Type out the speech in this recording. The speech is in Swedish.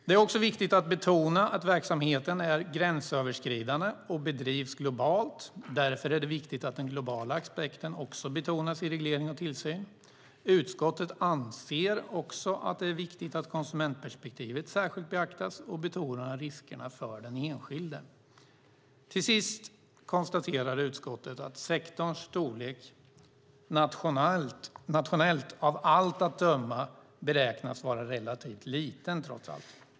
Det är också viktigt att betona att verksamheten är gränsöverskridande och bedrivs globalt. Därför är det viktigt att den globala aspekten också betonas i reglering och tillsyn. Utskottet anser också att det är viktigt att konsumentperspektivet särskilt beaktas och betonar riskerna för den enskilde. Till sist konstaterar utskottet att sektorns storlek nationellt av allt att döma beräknas vara relativt liten trots allt.